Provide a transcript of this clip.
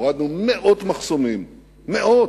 הורדנו מאות מחסומים, מאות.